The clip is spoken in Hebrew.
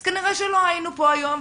אז כנראה שלא היינו פה היום,